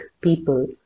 people